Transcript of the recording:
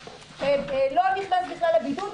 או לא נכנס בכלל לבידוד,